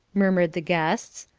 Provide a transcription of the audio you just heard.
murmured the guests.